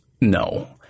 no